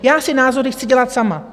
Já si názory chci dělat sama.